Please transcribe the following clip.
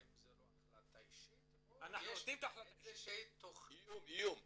האם זה לא החלטה אישית או יש איזושהי תוכנית --- איום עליהם.